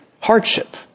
hardship